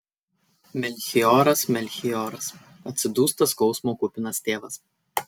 melchioras melchioras atsidūsta skausmo kupinas tėvas